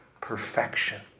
perfection